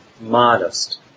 modest